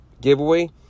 giveaway